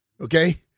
okay